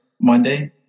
Monday